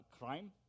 crime